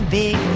big